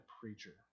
preacher